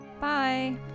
Bye